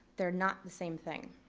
they're not the same thing.